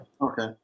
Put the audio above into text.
Okay